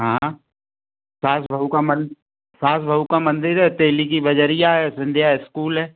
हाँ सास बहू का मन सास बहू का मंदिर है तेली की बजरिया है सिन्धिया इस्कूल है